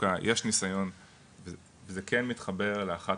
דווקא יש ניסיון וזה כן מתחבר לאחת